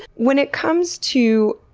when it comes to,